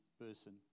person